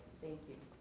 thank you.